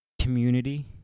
community